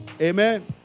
Amen